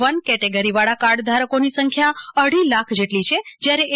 one કેટેગરીવાળા કાર્ડધારકોની સંખ્યા અઢી લાખ જેટલી છે જ્યારે એ